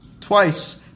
Twice